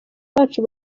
bacu